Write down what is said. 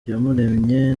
iyamuremye